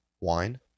Wine